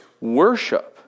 worship